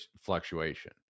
fluctuation